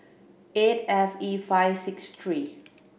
eight F E five six three